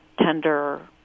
tender